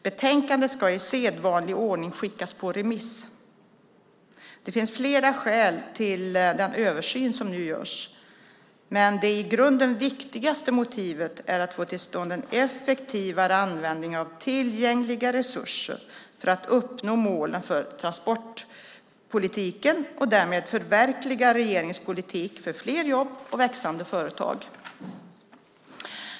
Betänkandet ska i sedvanlig ordning skickas på remiss. Det finns flera skäl till den översyn som nu görs, men det i grunden viktigaste motivet är att få till stånd en effektivare användning av tillgängliga resurser för att uppnå målen för transportpolitiken och därmed förverkliga regeringens politik för fler jobb och växande företag.